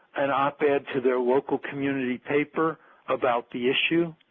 an op-ed to their local community paper about the issue.